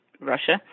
Russia